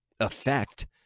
effect